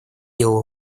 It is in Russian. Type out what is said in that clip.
делу